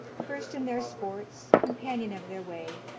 first in their sports, companion of their way.